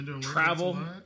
travel